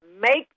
make